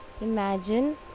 imagine